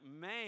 man